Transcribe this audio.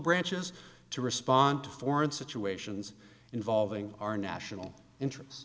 branches to respond to foreign situations involving our national interests